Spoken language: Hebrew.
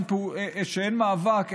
שאין מאבק,